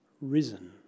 risen